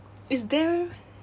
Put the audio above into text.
it's damn